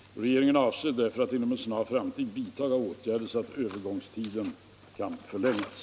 Regeringen avser därför att inom en snar framtid vidtaga åtgärder så att övergångstiden kan förlängas.